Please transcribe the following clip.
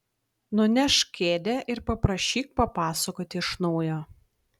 nunešk kėdę ir paprašyk papasakoti iš naujo